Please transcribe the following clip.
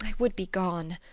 would be gone.